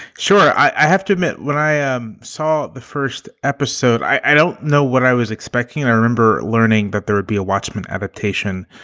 sure. i have to admit, when i saw the first episode, i don't know what i was expecting. and i remember learning that there would be a watchman adaptation,